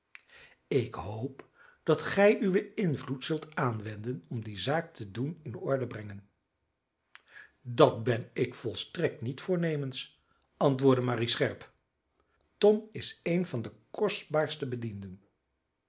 ik hoop dat gij uw invloed zult aanwenden om die zaak te doen in orde brengen dat ben ik volstrekt niet voornemens antwoordde marie scherp tom is een van de kostbaarste bedienden